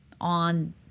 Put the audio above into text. on